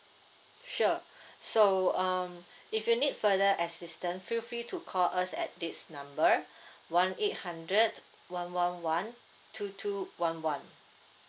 sure so um if you need further assistant feel free to call us at this number one eight hundred one one one two two one one